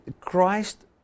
Christ